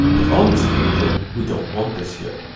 but on this occasion, we don't want this here.